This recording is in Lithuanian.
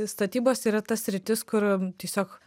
statybos yra ta sritis kur tiesiog